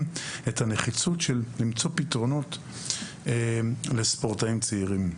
את הצורך במציאת פתרונות עבור ספורטאים צעירים.